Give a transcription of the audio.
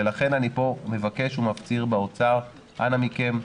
ולכן אני פה מבקש מהאוצר ומפציר באוצר: אנא מכם,